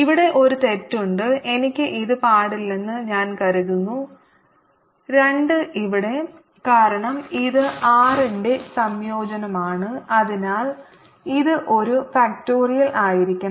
ഇവിടെ ഒരു തെറ്റ് ഉണ്ട് എനിക്ക് ഇത് പാടില്ലെന്ന് ഞാൻ കരുതുന്നു 2 ഇവിടെ കാരണം ഇത് r ന്റെ സംയോജനമാണ് അതിനാൽ ഇത് ഒരു ഫാക്റ്റോറിയൽ ആയിരിക്കണം